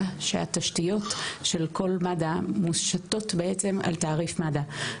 שהתשתיות של כל מד"א מושתות בעצם על תעריף מד"א.